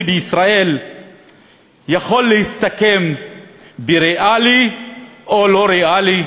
בישראל יכולים להסתכם בריאלי או לא ריאלי?